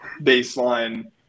baseline